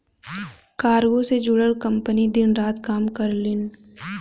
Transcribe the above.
cargo से जुड़ल company दिन रात काम करलीन